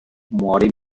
muore